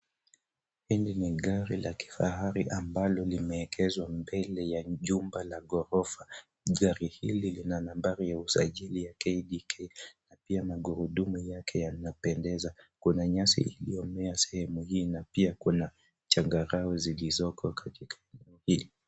Hili ni gari la kifahari ambalo limeegeshwa mbele ya jumba la ghorofa. Gari hili lina nambari ya usajili ya KDK na pia magurudumu yake yanapendeza. Kuna nyasi iliyomea sehemu hii na pia kuna changarawe zilizoko katika eneo hili.